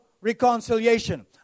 reconciliation